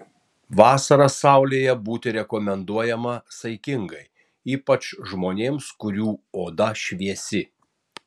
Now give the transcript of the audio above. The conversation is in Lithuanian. vasarą saulėje būti rekomenduojama saikingai ypač žmonėms kurių oda šviesi